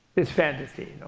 it's fantasy.